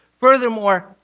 Furthermore